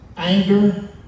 Anger